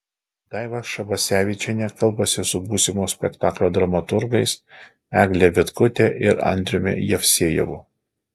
daiva šabasevičienė kalbasi su būsimo spektaklio dramaturgais egle vitkute ir andriumi jevsejevu